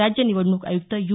राज्य निवडणूक आयुक्त यू